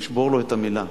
תשבור לו את המלה.